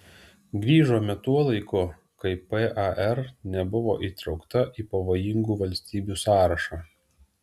grįžome tuo laiku kai par nebuvo įtraukta į pavojingų valstybių sąrašą